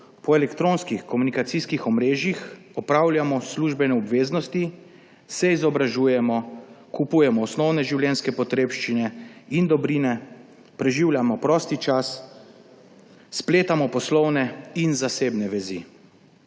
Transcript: po elektronskih komunikacijskih omrežjih opravljamo službene obveznosti, se izobražujemo, kupujemo osnovne življenjske potrebščine in dobrine, preživljamo prosti čas, spletamo poslovne in zasebne vezi.